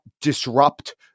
disrupt